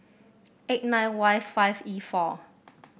eight nine Y five E four